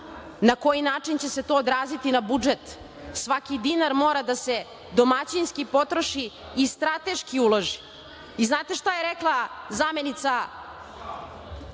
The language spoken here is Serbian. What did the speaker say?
na koji način će se to odraziti na budžet. Svaki dinar mora da se domaćinski potroši i strateški uloži. Znate šta je rekla zamenica